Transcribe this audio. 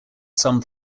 some